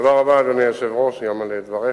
תודה רבה, אדוני היושב-ראש, גם על דבריך.